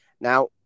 Now